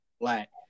black